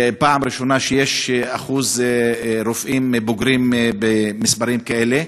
פעם ראשונה שיש אחוז רופאים בוגרים במספרים כאלה.